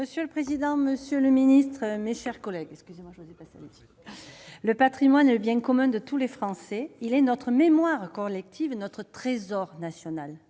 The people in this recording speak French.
Monsieur le président, monsieur le ministre, mes chers collègues, le patrimoine est le bien commun de tous les Français. Il est notre mémoire collective, notre trésor national.